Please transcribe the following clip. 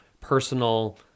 personal